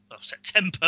September